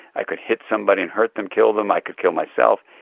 i could hit somebody and hurt them, kill them, i could kill myself.